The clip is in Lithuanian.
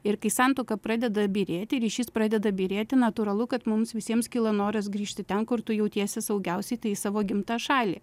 ir kai santuoka pradeda byrėti ryšys pradeda byrėti natūralu kad mums visiems kyla noras grįžti ten kur tu jautiesi saugiausiai tai į savo gimtą šalį